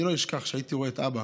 אני לא אשכח, כשהייתי רואה את אבא